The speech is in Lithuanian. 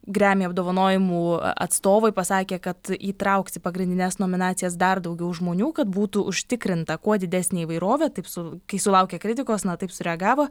gremi apdovanojimų atstovai pasakė kad įtraukti pagrindines nominacijas dar daugiau žmonių kad būtų užtikrinta kuo didesnė įvairovė taip su kai sulaukia kritikos na taip sureagavo